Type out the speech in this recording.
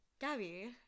Gabby